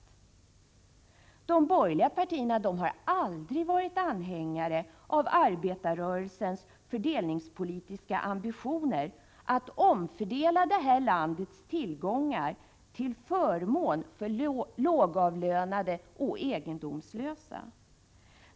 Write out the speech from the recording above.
Från de borgerliga partiernas sida har man aldrig varit anhängare av arbetarrörelsens fördelningspolitiska ambitioner att omfördela landets tillgångar, till förmån för lågavlönade och egendomslösa.